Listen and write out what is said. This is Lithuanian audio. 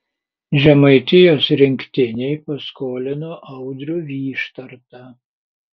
žemaitijos rinktinei paskolino audrių vyštartą